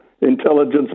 intelligence